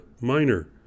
Minor